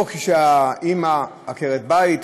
או כשהאימא עקרת בית,